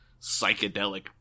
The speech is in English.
psychedelic